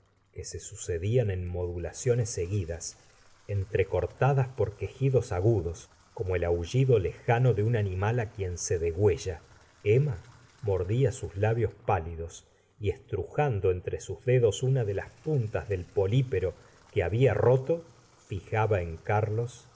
que se sucedían en modulaciones seguidas entrecortadas por quec jidos agudos como el aullido lejano de un animal á quien se degüella emma mordía sus labios pálidos y estrujando entre sus dedos una de las puntas del polipero que había roto fijaba en carlos